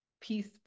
peace